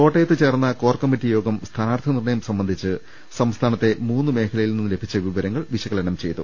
കോട്ടയത്ത് ചേർന്ന core committee യോഗം സ്ഥാനാർഥി നിർണയം സംബന്ധിച്ച് സംസ്ഥാനത്തെ മൂന്ന് മേഖലയിൽ നിന്ന് ലഭിച്ച വിവ രങ്ങൾ വിശകലനം ചെയ്തു